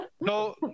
no